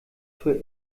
für